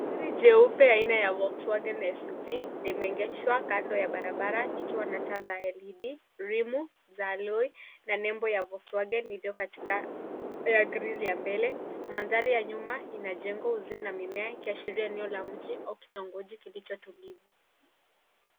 Gari jeupe aina ya Volkswagen SUV imengeshwa kando ya barabara ikiwa nataa za LED, rimu, za alloy , na nembo ya Volkswagen iliyo katika grilli ya mbele. Mandhari ya nyuma inajengo uzio na mimea, ikiashiri eneo la mji, au kitongoji kilicho tulivu.